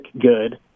Good